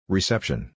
Reception